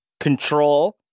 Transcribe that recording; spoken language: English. Control